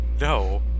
No